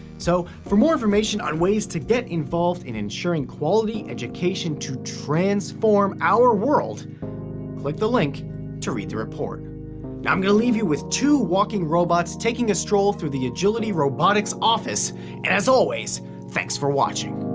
so for more information on ways to get involved in ensuring quality education to transform our world click like the link to read the report. now i'm gonna leave you with two walking robots taking a stroll through the agility robitics office and as always thanks for watching.